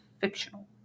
fictional